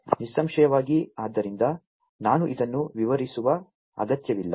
ನಿಸ್ಸಂಶಯವಾಗಿ ಆದ್ದರಿಂದ ನಾನು ಇದನ್ನು ವಿವರಿಸುವ ಅಗತ್ಯವಿಲ್ಲ